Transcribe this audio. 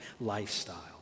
lifestyle